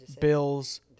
Bills